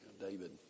David